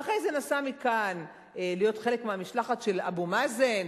ואחרי זה נסע מכאן להיות חלק מהמשלחת של אבו מאזן,